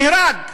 נהרג.